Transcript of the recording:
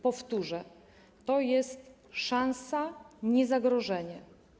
Powtórzę: to jest szansa, a nie zagrożenie.